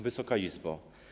Wysoka Izbo!